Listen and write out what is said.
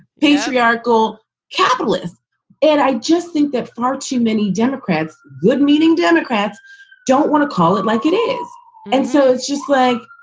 patriarchal capitalist and i just think that far too many democrats, good meaning democrats don't want to call it like it is and so it's just like,